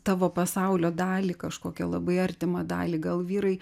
tavo pasaulio dalį kažkokią labai artimą dalį gal vyrai